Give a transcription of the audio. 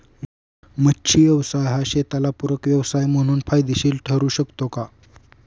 मच्छी व्यवसाय हा शेताला पूरक व्यवसाय म्हणून फायदेशीर ठरु शकतो का?